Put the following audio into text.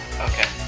okay